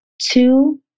Two